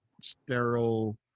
sterile